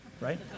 right